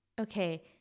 Okay